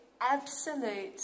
absolute